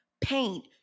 paint